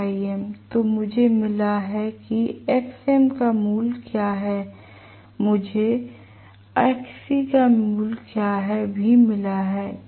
तो मुझे मिला है कि Xm का मूल्य क्या है मुझे Xc का मूल्य क्या है भी मिला है